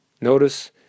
Notice